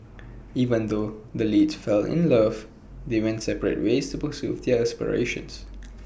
even though the leads fell in love they went separate ways to pursue their aspirations